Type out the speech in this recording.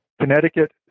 Connecticut